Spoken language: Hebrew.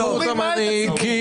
הם בחרו את המנהיג.